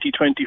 2020